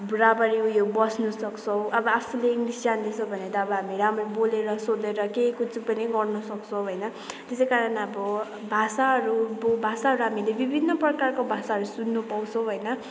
बराबरी उयो बस्न सक्छौँ अब आफूले इङ्लिस जान्दछौँ भने त अब हामी राम्ररी बोलेर सोधेर केही कुछ पनि गर्न सक्छौँ होइन त्यसै कारण अब भाषाहरू बो भाषाहरू हामीले विभिन्न प्रकारको भाषाहरू सुन्नु पाउँछौँ होइन